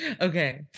Okay